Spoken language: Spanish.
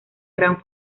gran